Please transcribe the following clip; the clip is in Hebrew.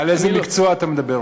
על איזה מקצוע אתה מדבר?